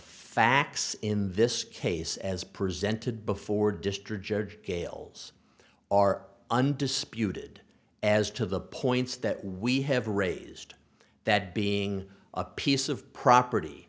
facts in this case as presented before district judge calles are undisputed as to the points that we have raised that being a piece of property